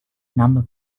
number